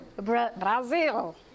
Brazil